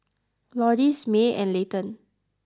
Lourdes May and Layton